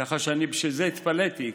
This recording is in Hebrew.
כך שבגלל זה התפלאתי.